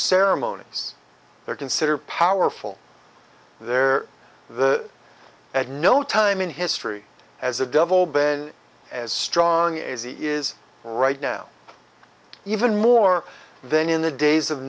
ceremonies they're considered powerful there the at no time in history has a double been as strong as he is right now even more than in the days of